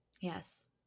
yes